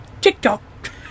tick-tock